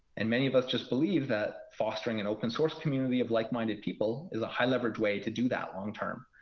and many of us just believe that fostering an open source community of like-minded people is a high leverage way to do that long term.